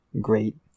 great